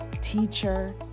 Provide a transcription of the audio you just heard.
teacher